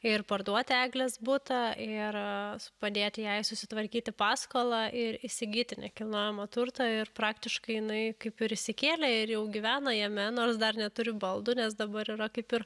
ir parduoti eglės butą ir padėti jai susitvarkyti paskolą ir įsigyti nekilnojamą turtą ir praktiškai jinai kaip ir įsikėlė ir jau gyvena jame nors dar neturi baldų nes dabar yra kaip ir